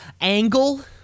angle